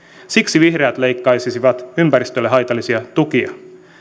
siksi vihreät leikkaisivat ympäristölle haitallisia tukia